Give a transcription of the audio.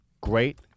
Great